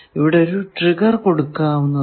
ഇവിടെ ഒരു ട്രിഗർ കൊടുക്കാവുന്നതാണ്